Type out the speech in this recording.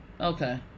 okay